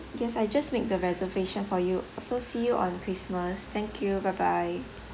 yes I just made the reservation for you so see you on christmas thank you bye bye